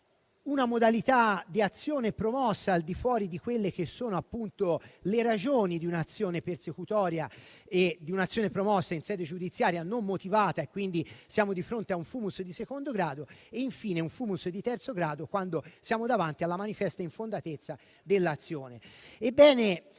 una modalità di azione promossa al di fuori delle ragioni di un'azione persecutoria e di un'azione promossa in sede giudiziaria non motivata - e quindi siamo di fronte a un *fumus* di secondo grado - e infine un *fumus* di terzo grado quando siamo davanti alla manifesta infondatezza dell'azione.